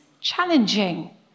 challenging